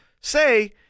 say